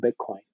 Bitcoin